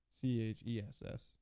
C-H-E-S-S